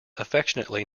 affectionately